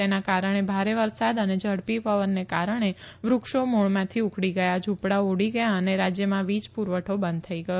તેના કારણે ભારે વરસાદ અને ઝડપી પવનને કારણે વૃક્ષો મૂળમાંથી ઉખડી ગયા ઝૂંપડાઓ ઉંડી ગયા અને રાજ્યમાં વીજ પુરવઠો બંધ થઈ ગયો